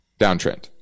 downtrend